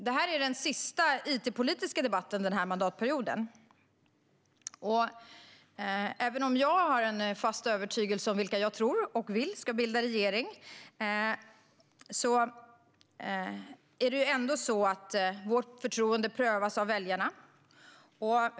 Det här är den sista it-politiska debatten den här mandatperioden, och även om jag har en fast övertygelse om vilka jag tror och vill ska bilda regering är det ändå så att vårt förtroende prövas av väljarna.